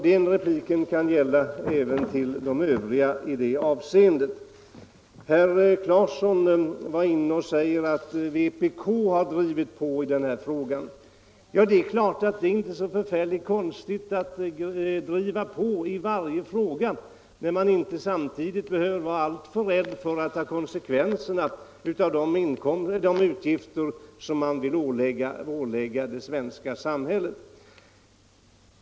Den repliken kan jag rikta också till de övriga talarna. Herr Claeson sade att vpk drivit på i denna fråga. Ja, det är klart att det inte är så svårt att driva på i varje fråga när man inte samtidigt behöver vara alltför rädd för att få ta konsekvenserna av de utgifter man därmed vill ålägga det svenska samhället.